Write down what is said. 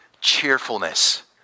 cheerfulness